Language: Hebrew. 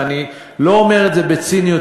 ואני לא אומר את זה בציניות,